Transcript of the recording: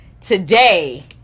today